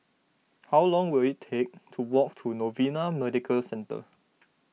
how long will it take to walk to Novena Medical Centre